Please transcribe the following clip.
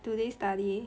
do they study